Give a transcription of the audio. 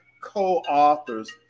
co-authors